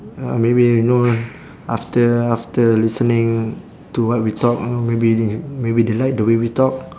uh maybe you know after after listening to what we talk uh maybe maybe they like the way we talk